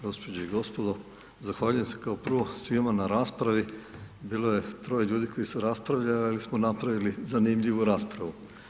Gospođe i gospodo, zahvaljujem se kao prvo svima na raspravi, bilo je troje ljudi koji su raspravljali, ali smo napravili zanimljivu raspravu.